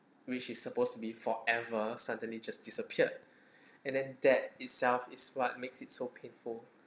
which is supposed to be forever suddenly just disappeared and then that itself is what makes it so painful